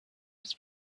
was